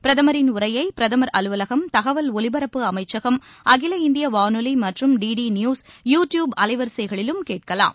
பிரதமரின் உரையை பிரதமர் அலுவலகம் தகவல் ஒலிபரப்பு அமைச்சகம் அகில இந்திய வானொலி மற்றும் டிடிநியூஸ் யூ டியூப் அலைவரிசைகளிலும் கேட்கலாம்